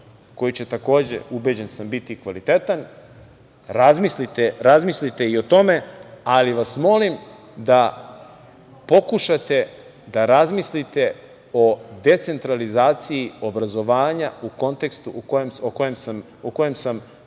koji će takođe, ubeđen sam, biti kvalitetan, razmislite i o tome, ali vas molim da pokušate da razmislite o decentralizaciji obrazovanja u kontekstu u kojem sam govorio.